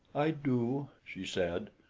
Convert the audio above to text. i do, she said,